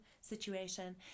situation